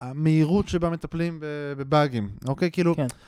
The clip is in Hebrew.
המהירות שבה מטפלים בבאגים, אוקיי? כאילו...